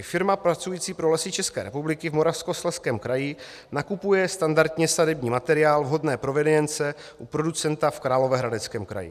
Firma pracující pro Lesy České republiky v Moravskoslezském kraji nakupuje standardně sadební materiál vhodné provenience u producenta v Královéhradeckém kraji.